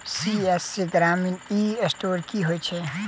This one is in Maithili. सी.एस.सी ग्रामीण ई स्टोर की होइ छै?